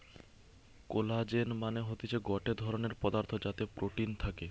collagen মানে হতিছে গটে ধরণের পদার্থ যাতে প্রোটিন থাকে